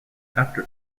after